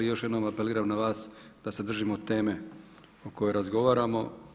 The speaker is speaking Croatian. Još jednom apeliram na vas da se držimo teme o kojoj razgovaramo.